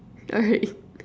alright